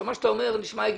מה שאתה אומר נשמע הגיוני.